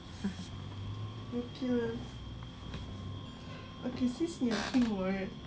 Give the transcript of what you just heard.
um